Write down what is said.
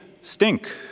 stink